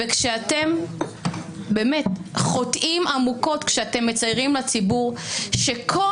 אתם חוטאים עמוקות כשאתם מציירים לציבור שכל